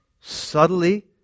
Subtly